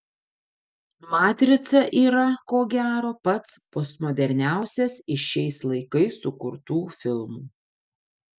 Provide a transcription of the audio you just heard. matrica yra ko gero pats postmoderniausias iš šiais laikais sukurtų filmų